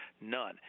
None